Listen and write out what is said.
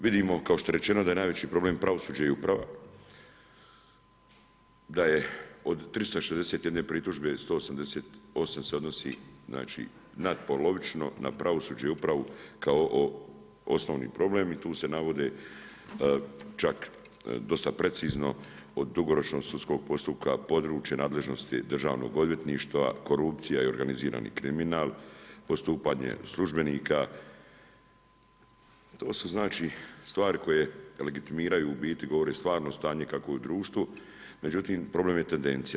Vidimo, kao što je rečeno, da je najveći problem pravosuđe i uprava, da je od 361 pritužbe, 188 se odnosi natpolovično na pravosuđe i upravo, kao osnovni problem i tu se navode čak dosta precizno o dugoročnog sudskog postupka područje nadležnosti Državnog odvjetništava korupcija i organizirani kriminal, postupanje službenika, to su znači stvari koje legitimiraju u biti govore o stvarnom stanju kako je u društvu, međutim problem je tendencija.